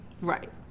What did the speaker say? Right